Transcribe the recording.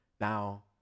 Now